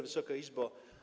Wysoka Izbo!